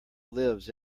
lives